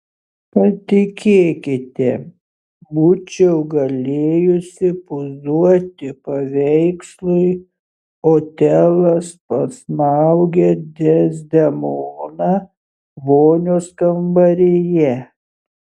patikėkite būčiau galėjusi pozuoti paveikslui otelas pasmaugia dezdemoną vonios kambaryje